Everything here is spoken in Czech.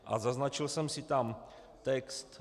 A zaznačil jsem si tam text: